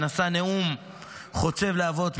שנשא נאום חוצב להבות,